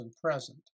present